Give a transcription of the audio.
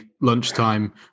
lunchtime